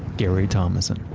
gary thomasson.